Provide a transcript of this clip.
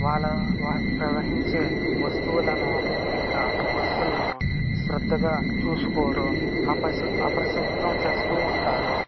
వాళ్ళ వారు ప్రవహించే వస్తువులను ఇంకా బస్సులను శ్రద్దగా చూసుకోరు అపరి అపరిశుద్ధం చేస్తూ ఉంటారు